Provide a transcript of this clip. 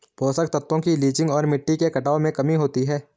पोषक तत्वों की लीचिंग और मिट्टी के कटाव में कमी होती है